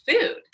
food